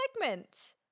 segment